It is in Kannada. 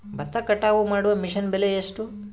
ಭತ್ತ ಕಟಾವು ಮಾಡುವ ಮಿಷನ್ ಬೆಲೆ ಎಷ್ಟು?